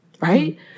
right